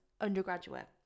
undergraduate